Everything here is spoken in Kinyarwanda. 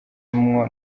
harimo